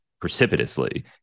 precipitously